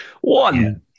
One